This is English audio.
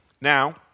Now